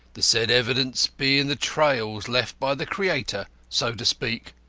the said evidence being the trails left by the creator, so to speak?